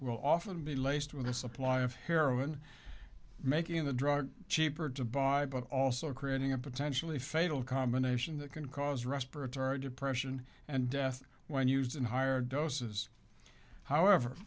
will often be laced with a supply of heroin making the drug cheaper to buy but also creating a potentially fatal combination that can cause respiratory depression and death when used in higher doses however